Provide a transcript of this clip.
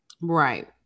Right